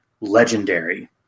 Legendary